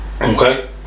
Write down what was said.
Okay